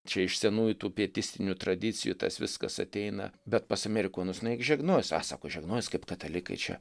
čia iš senųjų tų pietistinių tradicijų tas viskas ateina bet pas amerikonus nu eik žegnojas a sako žegnojas kaip katalikai čia